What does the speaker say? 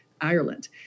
Ireland